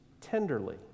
tenderly